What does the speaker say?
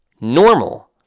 normal